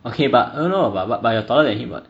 okay but don't know but you're taller than him what